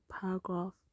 paragraph